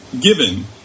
given